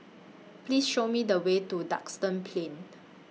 Please Show Me The Way to Duxton Plain